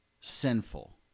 sinful